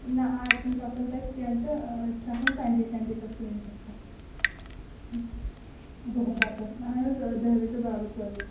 نہ اَز چھِنہٕ أسۍ آسان تَتہِ کیٚنٛہہ تہٕ چھِ آسان سَنٛڈے سَنٛڈے پیٚٹھ کِلنٛکَس پیٚٹھ دۄہَس آسان اہَن حظ دَہہِ بَجہِ پیٚٹھ بَرابَر ژورِ بَجہِ